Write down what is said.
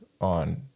on